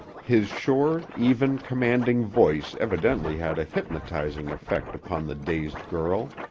his sure, even, commanding voice evidently had a hypnotizing effect upon the dazed girl.